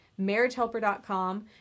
marriagehelper.com